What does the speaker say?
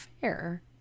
fair